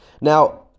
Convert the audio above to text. Now